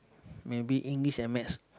maybe English and Math